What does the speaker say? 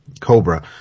Cobra